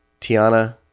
Tiana